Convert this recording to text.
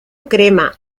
crema